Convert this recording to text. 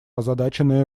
озадаченная